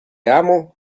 amo